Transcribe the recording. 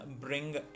bring